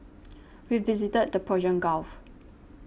we visited the Persian Gulf